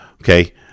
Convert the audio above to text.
Okay